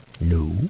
No